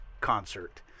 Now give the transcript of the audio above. concert